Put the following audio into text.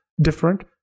different